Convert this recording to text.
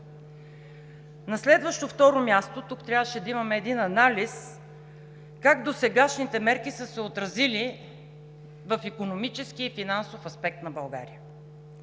На следващо, второ, място, тук трябваше да имаме един анализ как досегашните мерки са се отразили в икономически и финансов аспект на България: